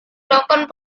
lakukan